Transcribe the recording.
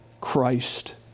Christ